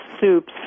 soups